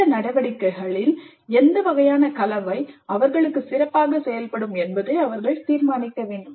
இந்த நடவடிக்கைகளின் எந்த வகையான கலவை அவர்களுக்கு சிறப்பாக செயல்படும் என்பதை அவர்கள் தீர்மானிக்க வேண்டும்